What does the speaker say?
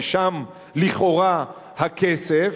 ששם לכאורה הכסף,